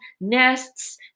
nests